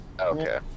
Okay